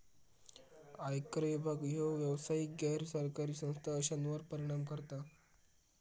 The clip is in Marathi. आयकर विभाग ह्यो व्यावसायिक, गैर सरकारी संस्था अश्यांवर परिणाम करता